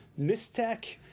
Mistech